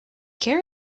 care